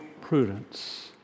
prudence